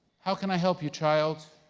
how can i help you, child?